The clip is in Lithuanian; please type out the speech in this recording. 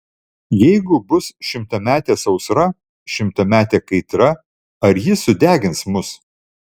jeigu bus šimtametė sausra šimtametė kaitra ar ji sudegins mus